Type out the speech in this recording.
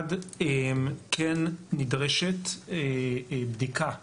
אחד, כן נדרשת בדיקה מקיפה.